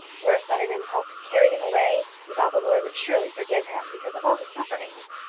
were a sudden impulse to carry him away, he thought the lord would surely forgive him because of all his sufferings.